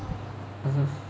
mmhmm